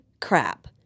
crap